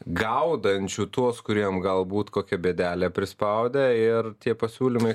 gaudančių tuos kuriem galbūt kokia bėdelė prispaudė ir tie pasiūlymai